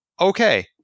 Okay